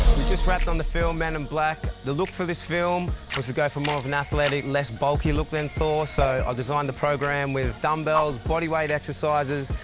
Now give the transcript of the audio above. just wrapped on the film men in black. the look for this film was to go for more of an athletic, less bulky look than thor, so i designed the program with dumbbells, body weight exercises,